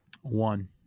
One